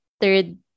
third